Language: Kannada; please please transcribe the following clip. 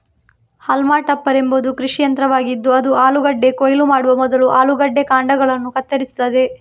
ಹಾಲ್ಮಾ ಟಪ್ಪರ್ ಎಂಬುದು ಕೃಷಿ ಯಂತ್ರವಾಗಿದ್ದು ಅದು ಆಲೂಗಡ್ಡೆ ಕೊಯ್ಲು ಮಾಡುವ ಮೊದಲು ಆಲೂಗಡ್ಡೆ ಕಾಂಡಗಳನ್ನು ಕತ್ತರಿಸುತ್ತದೆ